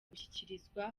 gushikirizwa